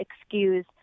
excuse